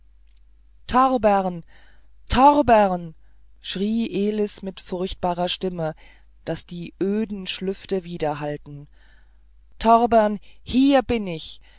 torbern torbern schrie elis mit furchtbarer stimme daß die öden schlüfte widerhallten torbern hier bin ich